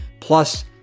plus